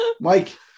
Mike